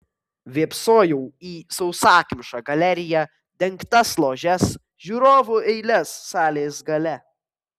vėpsojau į sausakimšą galeriją dengtas ložes žiūrovų eiles salės gale